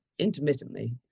Intermittently